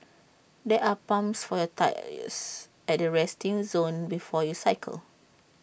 there are pumps for your tyres at the resting zone before you cycle